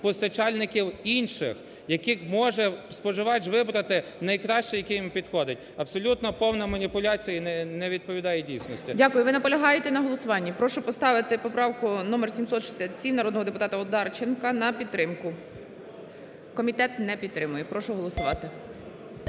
постачальників інших, яких може споживач вибрати, найкращий, який йому підходить. Абсолютно повна маніпуляція, і не відповідає дійсності. ГОЛОВУЮЧИЙ. Дякую. Ви наполягаєте на голосуванні? Прошу поставити поправку номер 767 народного депутата Одарченка на підтримку. Комітет не підтримує. Прошу голосувати.